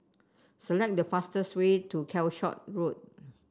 select the fastest way to Calshot Road